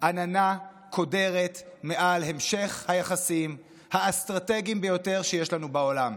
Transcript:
עננה קודרת מעל המשך היחסים האסטרטגיים ביותר שיש לנו בעולם.